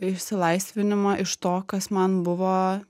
išsilaisvinimą iš to kas man buvo